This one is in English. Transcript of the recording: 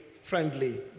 friendly